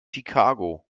chicago